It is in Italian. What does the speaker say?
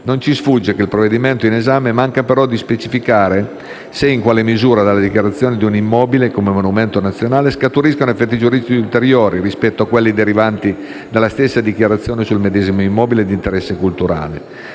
Non ci sfugge che il provvedimento in esame manca però di specificare se e in quale misura dalla dichiarazione di un immobile come monumento nazionale scaturiscano effetti giuridici ulteriori rispetto a quelli derivanti dalla stessa dichiarazione sul medesimo immobile di interesse culturale.